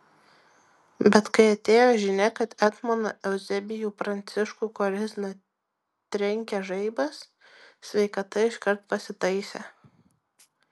bet kai atėjo žinia kad etmoną euzebijų pranciškų korizną trenkė žaibas sveikata iškart pasitaisė